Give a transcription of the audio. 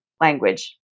language